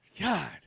God